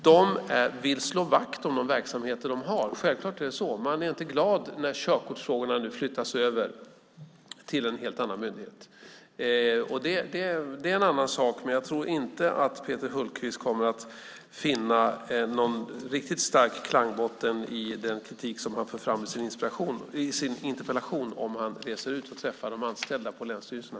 De vill slå vakt om de verksamheter de har. Självklart är det så. Man är inte glad när körkortsfrågorna nu flyttas över till en helt annan myndighet. Det är en annan sak, men jag tror inte att Peter Hultqvist kommer att finna någon riktigt stark klangbotten för den kritik som han för fram i sin interpellation om han reser ut och träffar de anställda på länsstyrelserna.